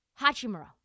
Hachimura